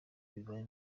bibaye